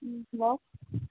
ꯎꯝ hello